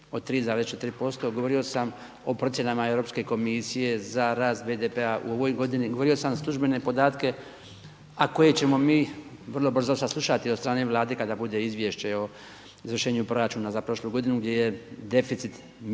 od 3,4%. Govorio sam o procjenama Europske komisije za rast BDP-a u ovoj godini, govorio sam službene podatke, a koje ćemo mi vrlo brzo saslušati od strane Vlade kada bude izvješće o izvršenju proračuna za prošlu godinu gdje je deficit povijesno